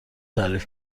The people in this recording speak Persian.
تعریف